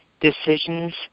decisions